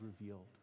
revealed